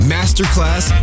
Masterclass